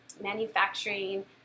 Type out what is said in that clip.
manufacturing